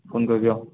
phone কৰিবি অঁ